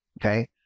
Okay